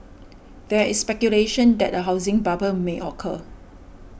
there is speculation that a housing bubble may occur